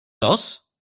los